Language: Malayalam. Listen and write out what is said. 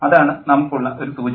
അതാണ് നമുക്കുള്ള ഒരു സൂചന